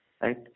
right